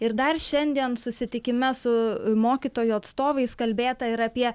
ir dar šiandien susitikime su mokytojų atstovais kalbėta ir apie